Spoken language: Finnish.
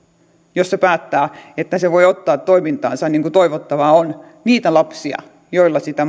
jos se päättää että se voi ottaa toimintaansa niin kuin toivottavaa on niitä lapsia tai niiden lasten perheitä joilla sitä